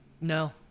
no